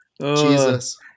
Jesus